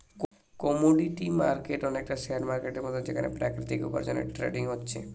commodity market অনেকটা share মার্কেটের মতন যেখানে প্রাকৃতিক উপার্জনের ট্রেডিং হচ্ছে